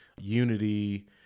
Unity